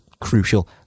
crucial